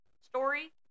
story